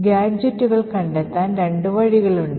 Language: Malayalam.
ഗാഡ്ജെറ്റുകൾ കണ്ടെത്താൻ രണ്ട് വഴികളുണ്ട്